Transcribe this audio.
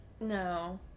no